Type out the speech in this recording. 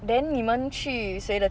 then 你们去谁的